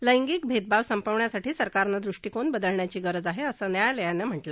लैगिंक भेदभाव संपवण्यासाठी सरकारनं दृष्टीकोन बदलण्याची गरज आहे असं न्यायालयानं सांगितलं